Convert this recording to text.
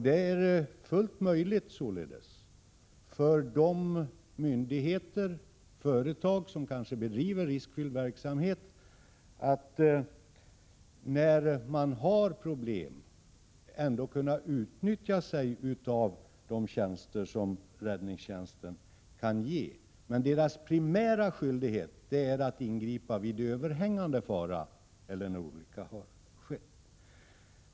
Det är således fullt möjligt för myndigheter och för företag som kanske bedriver riskfylld verksamhet att utnyttja de tjänster som räddningstjänsten kan ge. Men dess primära skyldighet är att ingripa vid överhängande fara eller när en olycka har skett.